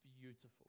beautiful